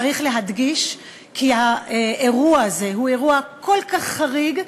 צריך להדגיש כי האירוע הזה כל כך חריג,